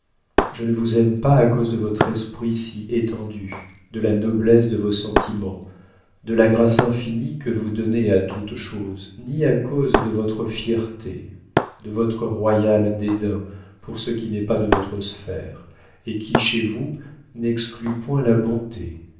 je ne vous aime pas à cause de votre esprit si étendu de la noblesse de vos sentiments de la grâce infinie que vous donnez à toutes choses ni à cause de votre fierté de votre royal dédain pour ce qui n'est pas de votre sphère et qui chez vous n'exclut point la bonté